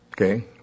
Okay